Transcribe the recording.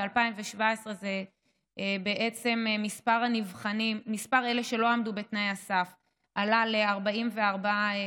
ב-2017 שיעור אלה שלא עמדו בתנאי הסף האלה הוא 44%,